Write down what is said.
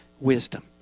Wisdom